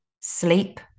sleep